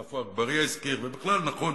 והזכיר עפו אגבאריה, ובכלל נכון